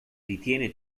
ritiene